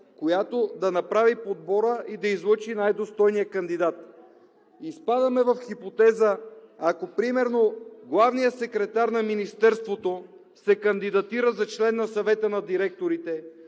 която да направи подбора и да излъчи най-достойния кандидат. Изпадаме в хипотеза, ако примерно главният секретар на Министерството се кандидатира за член на Съвета на директорите,